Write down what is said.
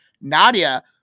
Nadia